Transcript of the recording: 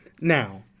Now